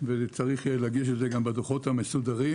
וצריך יהיה להגיש את זה בדוחות המסודרים